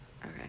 Okay